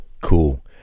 cool